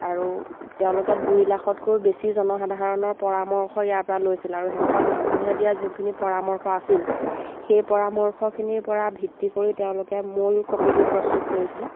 আৰু তেওঁলোকে দুই লাখতকৈও বেছি জনসাধাৰণৰ পৰামৰ্শ ইয়াৰপৰা লৈছিল আৰু শেষত মানুহে দিয়া যিখিনি পৰামৰ্শ আছিল সেই পৰামৰ্শখিনিৰপৰা ভিত্তি কৰি তেওঁলোকে মূল কপিটো প্ৰস্তুত কৰিছিলে